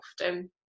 often